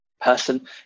person